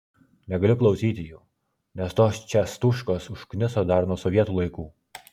negaliu klausyti jų nes tos čiastuškos užkniso dar nuo sovietų laikų